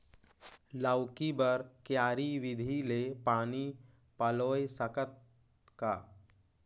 लौकी बर क्यारी विधि ले पानी पलोय सकत का?